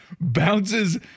Bounces